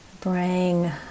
bring